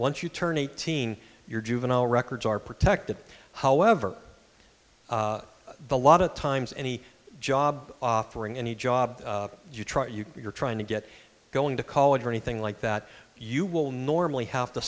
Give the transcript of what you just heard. once you turn eighteen your juvenile records are protected however the lot of times any job offering any job you try to you're trying to get going to college or anything like that you will normally have to